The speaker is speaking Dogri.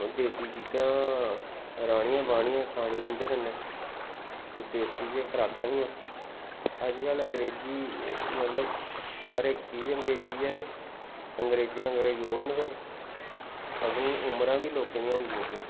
ओह् देसी चीजां राह्नियां बाह्न्नियां खानियां उं'दे कन्नै ते देसी गै खराकां हियां अज्जकल अंगरेजी मतलब हर इक चीज अंगरेजी ऐ ते अंगरेजें आंङर जोर न फिर अंदू उमरां बी लोकें दियां होंदियां हियां